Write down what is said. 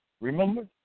Remember